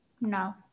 No